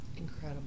Incredible